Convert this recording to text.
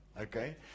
Okay